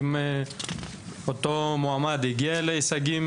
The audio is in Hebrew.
אם אותו מועמד הגיע להישגים